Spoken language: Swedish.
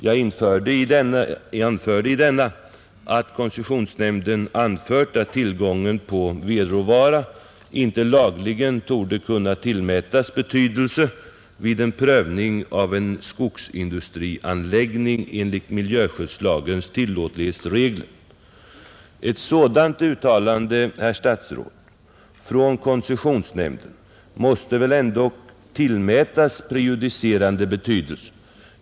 Jag anförde i denna att koncessionsnämnden hade framhållit att tillgången på vedråvara inte lagligen torde kunna tillmätas betydelse vid en prövning av en skogsindustrianläggning enligt miljöskyddslagens tillåtlighetsregler. Ett sådant uttalande från koncessionsnämnden måste väl, herr statsråd, tillmätas prejudicerande betydelse.